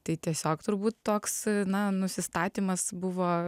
tai tiesiog turbūt toks na nusistatymas buvo